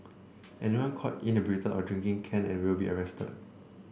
anyone caught inebriated or drinking can and will be arrested